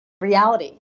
reality